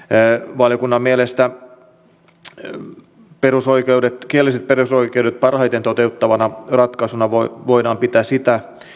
valiokunnan mielestä kielelliset perusoikeudet parhaiten toteuttavana ratkaisuna voidaan voidaan pitää sitä